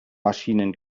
maschinen